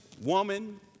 woman